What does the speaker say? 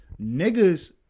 niggas